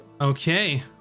Okay